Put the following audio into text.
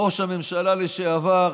ראש הממשלה לשעבר,